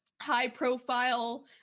high-profile